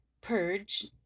Purge